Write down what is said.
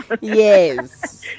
Yes